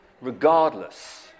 Regardless